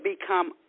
become